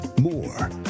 More